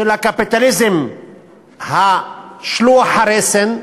של הקפיטליזם שלוח הרסן,